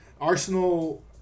Arsenal